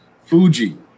Fuji